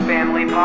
Family